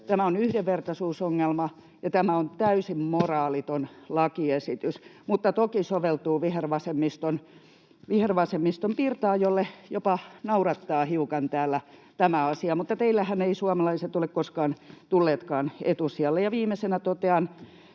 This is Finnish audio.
Tämä on yhdenvertaisuusongelma ja tämä on täysin moraaliton lakiesitys, mutta toki soveltuu vihervasemmiston pirtaan, jota jopa naurattaa hiukan täällä tämä asia, mutta teillehän eivät suomalaiset ole koskaan tulleetkaan etusijalle. Ja viimeisenä totean